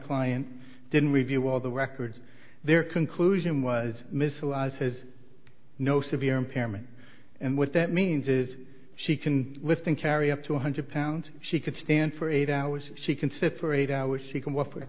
client didn't review all the records their conclusion was missile i says no severe impairment and what that means is she can within carry up to one hundred pounds she can stand for eight hours she can sit for eight hours she can w